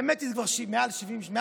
האמת היא שזה כבר מאז שקמנו,